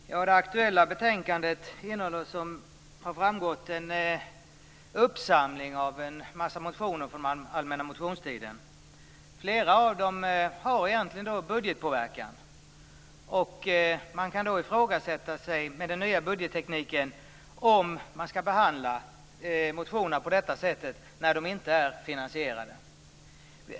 Herr talman! Det aktuella betänkandet innehåller, såsom har framgått, en uppsamling av en massa motioner från den allmänna motionstiden. Flera av dem har egentligen budgetpåverkan. Med tanke på den nya budgettekniken kan det ifrågasättas om man skall behandla motionerna på det här sättet när de inte är finansierade.